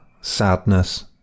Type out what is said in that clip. sadness